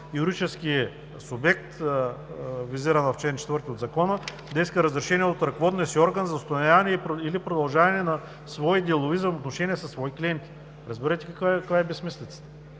юридически субект, визиран в чл. 4 от Закона, да иска разрешение от ръководния си орган за установяване или продължаване на делови взаимоотношения със свои клиенти. Разбирате каква е безсмислицата.